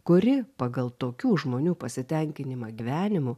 kuri pagal tokių žmonių pasitenkinimą gyvenimu